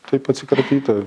taip atsikratyta